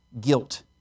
guilt